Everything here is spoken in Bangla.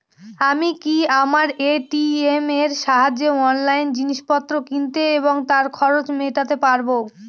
আমি কি আমার এ.টি.এম এর সাহায্যে অনলাইন জিনিসপত্র কিনতে এবং তার খরচ মেটাতে পারব?